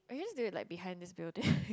or you can just do it like behind this building